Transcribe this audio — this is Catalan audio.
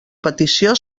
petició